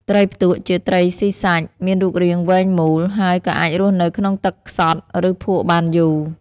ត្រីផ្ទក់ ជាត្រីស៊ីសាច់ មានរូបរាងវែងមូល ហើយក៏អាចរស់នៅក្នុងទឹកខ្សត់ ឬភក់បានយូរ។